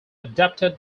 adapted